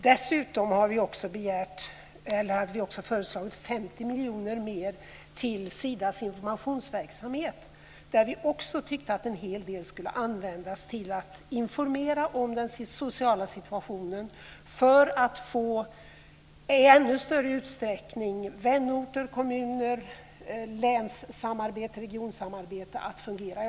Dessutom har vi föreslagit 50 miljoner mer till Sidas informationsverksamhet, där vi också tyckte att en hel del skulle användas till att informera om den sociala situationen och för att i ännu större utsträckning få vänorts-, kommun-, läns och regionsamarbetet att fungera.